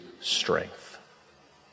strength